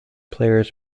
player